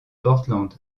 portland